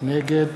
נגד